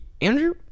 Andrew